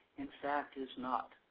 in fact, its not.